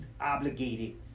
obligated